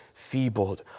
feebled